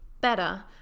better